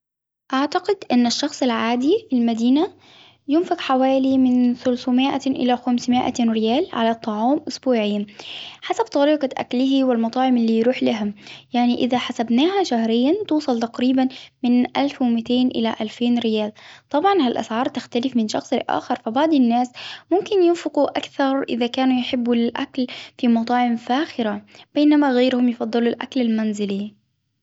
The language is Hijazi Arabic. أعتقد أن الشخص العادي للمدينة ينفق حوالي من ثلثمائة إلى خمسمائة ريال على الطعام إسبوعيا، حسب طريقة أكله والمطاعم اللي يروح لها، يعني إذا حسبناها شهريا توصل تقريبا من ألف ومأتين إلى الفين ريال، طبعا ها الأسعار تختلف من شخص لآخر ، فبعض ممكن ينفقوا أكثر إذا كان يحبوا الأكل في مطاعم فاخرة. بينما غيرهم يفضلوا الأكل المنزلي.